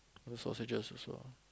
all sausages also